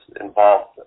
involved